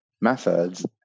methods